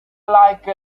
like